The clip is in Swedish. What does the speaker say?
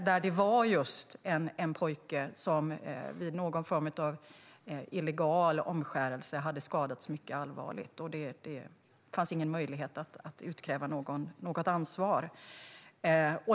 Då hade en pojke skadats mycket allvarligt vid någon form av illegal omskärelse, och det fanns ingen möjlighet att utkräva något ansvar.